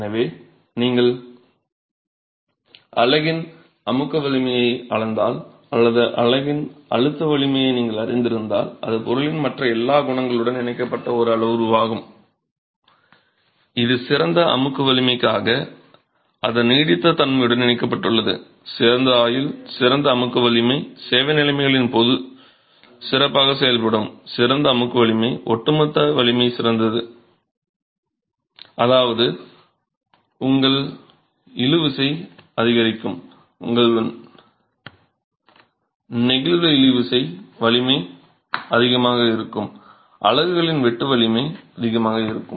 எனவே நீங்கள் அலகின் அமுக்கு வலிமையை அளந்தால் அல்லது அலகின் அழுத்த வலிமையை நீங்கள் அறிந்திருந்தால் அது பொருளின் மற்ற எல்லா குணங்களுடனும் இணைக்கப்பட்ட ஒரு அளவுருவாகும் இது சிறந்த அமுக்கு வலிமைக்காக அதன் நீடித்த தன்மையுடன் இணைக்கப்பட்டுள்ளது சிறந்த ஆயுள் சிறந்த அமுக்கு வலிமை சேவை நிலைமைகளின் போது சிறப்பாக செயல்படும் சிறந்த அமுக்கு வலிமை ஒட்டுமொத்த வலிமை சிறந்தது அதாவது உங்கள் இழுவிசை அதிகரிக்கும் உங்கள் நெகிழ்வு இழுவிசை வலிமை அதிகமாக இருக்கும் அலகுகளின் வெட்டு வலிமை அதிகமாக இருக்கும்